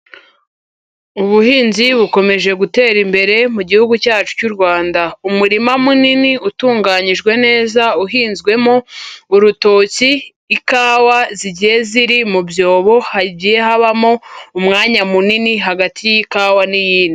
Ubuhinzi bukomeje gutera imbere mu gihugu cyacu cy'u Rwanda, umurima munini utunganyijwe neza, uhinzwemo urutoki, ikawa zigiye ziri mu byobo, hagiye habamo umwanya munini hagati y'ikawa n'iyindi.